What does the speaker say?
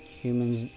humans